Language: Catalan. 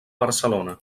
barcelona